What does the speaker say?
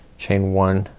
chain one,